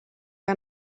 que